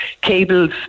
cables